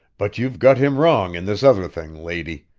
but you've got him wrong in this other thing, lady.